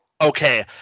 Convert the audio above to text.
Okay